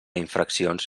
infraccions